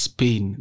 Spain